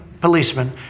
policemen